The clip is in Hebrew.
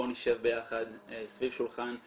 בואו נשב ביחד סביב שולחן,